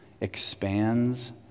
expands